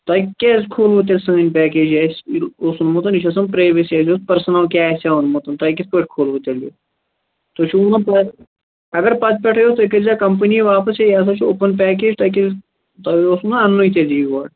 تۄہہِ کیٛازِ کھُلوٕ تیٚلہِ سٲنۍ پیکیج یہِ اَسہِ اوس اوٚنمُت یہِ چھِ آسان پرٛیوِسی اَسہِ زن پٔرسٕنل کیٚنٛہہ آسہِ ہے اوٚنمُت تۄہہِ کِتھٕ پٲٹھۍ کھُلٕوٕ تیٚلہِ یہِ تُہۍ چھُو نہٕ اگر پتہٕ پٮ۪ٹھٕے اوس تُہۍ کٔرۍزِہَو کمپٔنی واپس ہے یہِ ہسا چھُ اوٚپُن پیکیج تۄہہِ کیٛازِ تۄہہِ اوسُو نہٕ اَنٕنُے تیٚلہِ یہِ یور